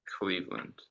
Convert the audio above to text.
Cleveland